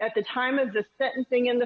at the time of the sentencing in the